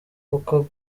koko